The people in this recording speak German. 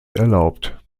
erlaubt